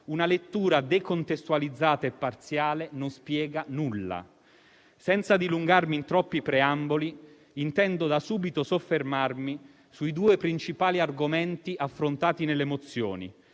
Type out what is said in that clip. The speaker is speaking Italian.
una lettura decontestualizzata e parziale non spiega nulla. Senza dilungarmi in troppi preamboli, intendo da subito soffermarmi sui due principali argomenti affrontati nelle mozioni: